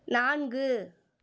நான்கு